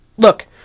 Look